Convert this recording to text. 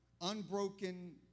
unbroken